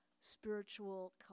spiritual